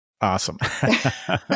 Awesome